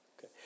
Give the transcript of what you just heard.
Okay